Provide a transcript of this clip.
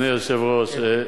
אדוני היושב-ראש,